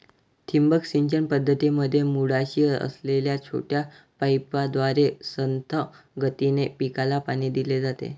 ठिबक सिंचन पद्धतीमध्ये मुळाशी असलेल्या छोट्या पाईपद्वारे संथ गतीने पिकाला पाणी दिले जाते